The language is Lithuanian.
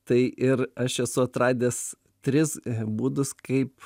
tai ir aš esu atradęs tris būdus kaip